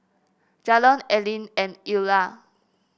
Jalon Aleen and Eulah